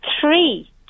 three